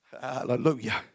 Hallelujah